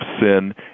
sin